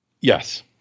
Yes